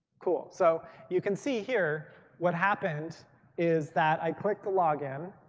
cool. so you can see here what happens is that i clicked the login.